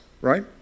right